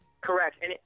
Correct